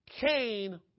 Cain